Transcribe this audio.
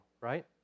right